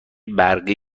برقی